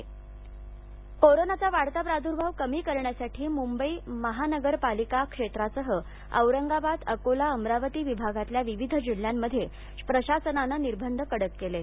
निर्बंध कोरोनाचा वाढता प्रादुर्भाव कमी करण्यासाठी मुंबई महानगरपालिका क्षेत्रासह औरंगाबाद अकोला अमरावती विभागातल्या विविध जिल्ह्यात प्रशासनानं निर्बंध कडक केले आहेत